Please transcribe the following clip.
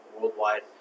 worldwide